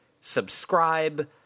subscribe